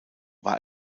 war